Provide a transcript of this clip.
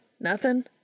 Nothing